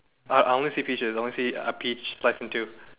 uh I only see peaches I only see a peach sliced in two